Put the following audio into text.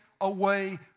away